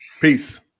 peace